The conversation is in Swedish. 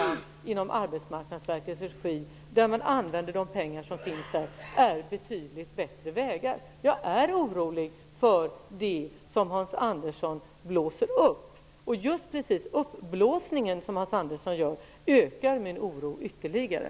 Arbetsmarknadsverkets regi, där man använder de pengar man har att förfoga över, är betydligt bättre vägar. Jag är orolig för det som Hans Andersson blåser upp. Hans Anderssons uppblåsande av frågan ökar min oro ytterligare.